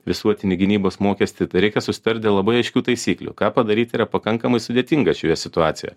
visuotinį gynybos mokestįtai reikia susitarti labai aiškių taisyklių ką padaryti yra pakankamai sudėtinga šioje situacijoje